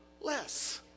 less